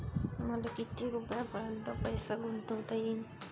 मले किती रुपयापर्यंत पैसा गुंतवता येईन?